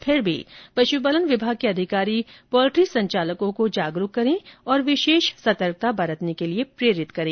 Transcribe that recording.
फिर भी पशुपालन विभाग के अधिकारी पोल्ट्री संचालकों को जागरूक करें और विशेष सतर्कता बरतने के लिए प्रेरित करें